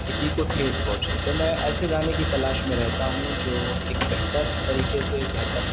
کسی کو ٹھیس پہنچے تو میں ایسے گانے کی تلاش میں رہتا ہوں جو ایک بہتر طریقے سے بہتر